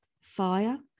fire